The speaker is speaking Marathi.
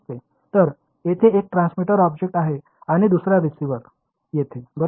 तर येथे एक ट्रान्समीटर ऑब्जेक्ट आहे आणि दुसरा रिसीव्हर येथे बरोबर